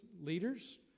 leaders